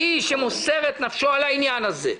האיש שמוסר את נפשו על העניין הזה.